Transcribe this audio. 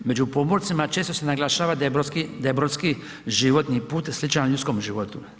Među pomorcima često se naglašava da je brodski životni put sličan ljudskom životu.